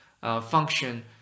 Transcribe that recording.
function